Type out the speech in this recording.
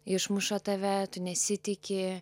išmuša tave tu nesitiki